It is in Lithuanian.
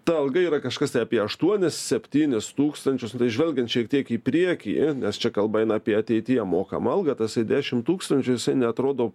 ta alga yra kažkas tai apie aštuonis septynis tūkstančius nu tai žvelgiant šiek tiek į priekį nes čia kalba eina apie ateityje mokamą algą tasai dešim tūkstančių jisai neatrodo